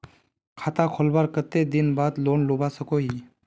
खाता खोलवार कते दिन बाद लोन लुबा सकोहो ही?